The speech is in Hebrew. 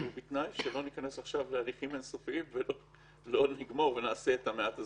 אבל בתנאי שלא ניכנס עכשיו להליכים אין-סופיים ולא נצליח לגמור עם זה.